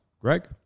Greg